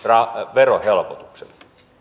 verohelpotukset